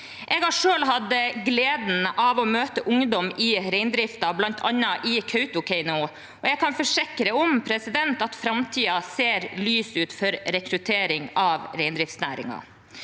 Jeg har selv hatt gleden av å møte ungdom i reindriften, bl.a. i Kautokeino, og jeg kan forsikre om at framtiden ser lys ut for rekruttering til reindriftsnæringen.